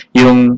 yung